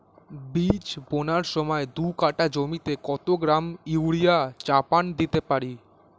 বীজ বোনার সময় দু কাঠা জমিতে কত গ্রাম ইউরিয়া চাপান দিতে পারি?